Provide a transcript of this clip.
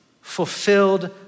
fulfilled